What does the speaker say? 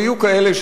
אבל יהיו כאלה,